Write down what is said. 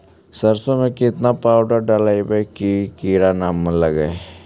सरसों में केतना पाउडर डालबइ कि किड़ा न लगे?